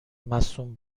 مصون